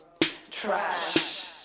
trash